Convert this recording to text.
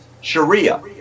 Sharia